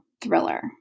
thriller